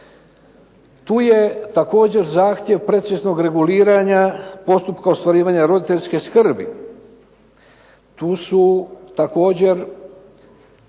Tu je također zahtjev preciznog reguliranja postupka ostvarivanja roditeljske skrbi. Tu su također